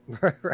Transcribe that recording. right